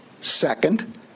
Second